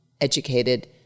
educated